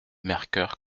mercœur